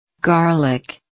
Garlic